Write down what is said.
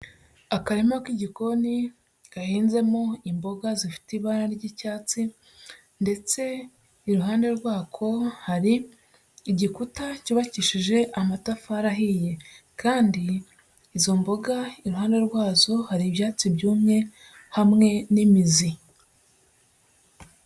Akarima k'igikoni gahinzemo imboga zifite ibara ry'icyatsi ndetse iruhande rwako hari igikuta cyubakishije amatafari ahiye kandi izo mboga iruhande rwazo, hari ibyatsi byumye hamwe n'imizi.